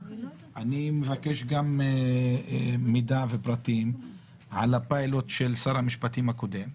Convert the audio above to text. אני מבקש גם מידע ופרטים על הפיילוט של שר המשפטים הקודם.